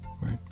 Right